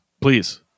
please